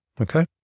Okay